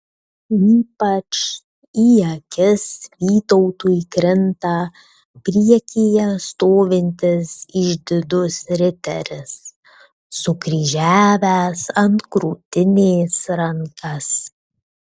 ypač į akis vytautui krinta priekyje stovintis išdidus riteris sukryžiavęs ant krūtinės rankas